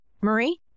Marie